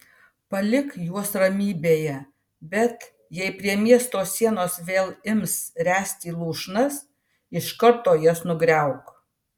palik juos ramybėje bet jei prie miesto sienos vėl ims ręsti lūšnas iš karto jas nugriauk